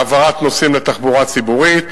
העברת נוסעים לתחבורה הציבורית.